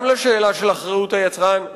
גם לשאלה של אחריות היצרן,